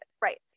Right